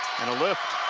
and a lift.